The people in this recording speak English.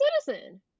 citizen